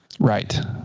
right